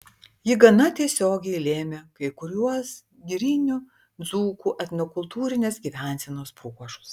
ji gana tiesiogiai lėmė kai kuriuos girinių dzūkų etnokultūrinės gyvensenos bruožus